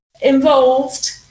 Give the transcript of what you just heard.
involved